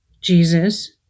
Jesus